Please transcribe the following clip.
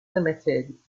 limited